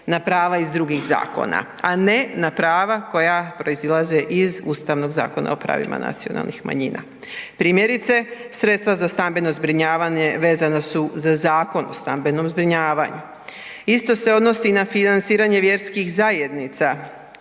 na prava iz drugih zakona a ne na prava koja proizilaze iz Ustavnog zakona o pravima nacionalnih manjina. Primjerice, sredstva za stambeno zbrinjavanje vezana su za Zakon o stambenom zbrinjavanju, isto se odnosi na financiranje vjerskih zajednica